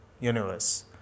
universe